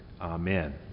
Amen